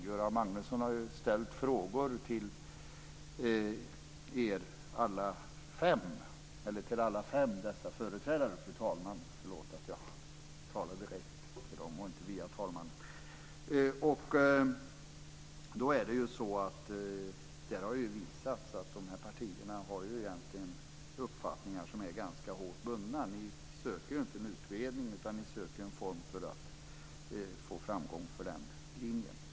Göran Magnusson har ställt frågor till företrädare för alla dessa fem partier, och det har visat sig att dessa partier har ganska hårt bundna uppfattningar. Ni söker inte en utredning utan ett sätt för att få framgång för er linje.